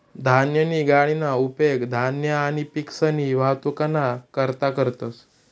धान्यनी गाडीना उपेग धान्य आणि पिकसनी वाहतुकना करता करतंस